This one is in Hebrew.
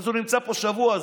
הוא נמצא פה שבוע,